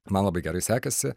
man labai gerai sekėsi